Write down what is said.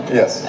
yes